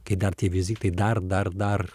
kai dar tie vizitai dar dar dar